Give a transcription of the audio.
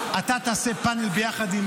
אתה תעשה פאנל יחד עם,